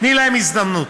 תני להם הזדמנות.